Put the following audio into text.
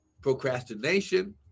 procrastination